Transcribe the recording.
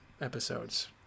episodes